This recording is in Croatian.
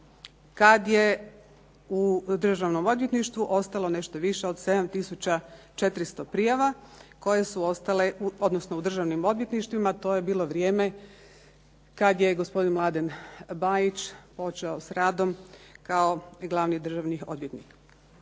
kad je u Državnom odvjetništvu ostalo nešto više od 7400 prijava, odnosno u državnim odvjetništvima. To je bilo vrijeme kad je gospodin Mladen Bajić počeo sa radom kao glavni državni odvjetnik.